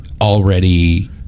already